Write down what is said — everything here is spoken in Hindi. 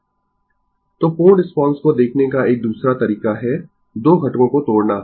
Refer Slide Time 1152 तो पूर्ण रिस्पांस को देखने का एक दूसरा तरीका है दो घटकों को तोड़ना